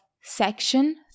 section